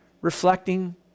reflecting